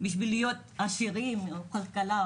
בשביל להיות עשירים או מסיבות כלכליות,